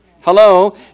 Hello